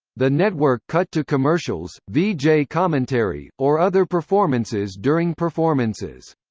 the network cut to commercials, vj commentary, or other performances during performances.